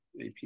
AP